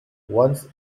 once